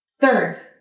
Third